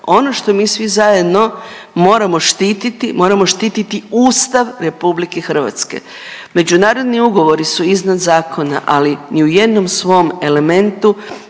Ono što mi svi zajedno moramo štititi, moramo štititi Ustav RH. Međunarodni ugovori su iznad zakona, ali ni u jednom svom elementu